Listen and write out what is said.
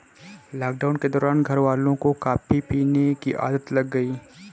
lockdown के दौरान घरवालों को कॉफी पीने की आदत लग गई